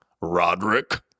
Roderick